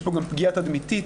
גם פגיעה תדמיתית.